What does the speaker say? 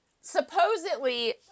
supposedly